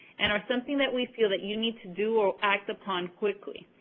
and are something that we feel that you need to do or act upon quickly.